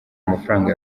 amafaranga